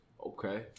Okay